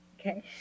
Okay